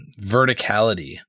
verticality